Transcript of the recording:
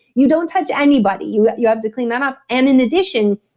you don't touch anybody. you you have to clean that up. and in addition,